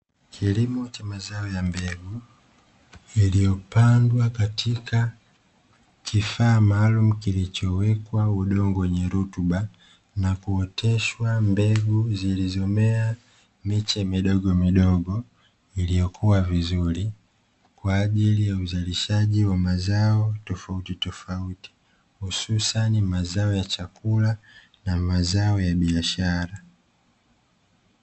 Kilimo cha mazao ya mbegu iliyopandwa katika kifaa maalumu kilichowekwa udongo wenye rutuba na kuoteshwa mbegu zilizomea, miche midogomidogo, iliyokuwa vizuri kwa ajili ya uzalishaji wa mazao tofautitofauti, hususani mazao ya chakula na mazao ya biashara.